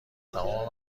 تمام